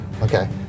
Okay